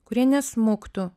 kurie nesmuktų